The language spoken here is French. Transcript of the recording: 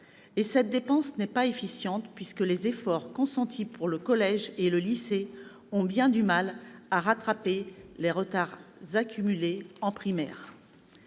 Et cette dépense n'est pas efficiente, puisque les efforts consentis pour le collège et le lycée ont bien du mal à rattraper les retards accumulés en primaire.